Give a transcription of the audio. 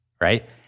right